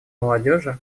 молодежи